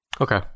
Okay